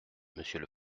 monsieur